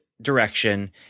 direction